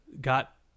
got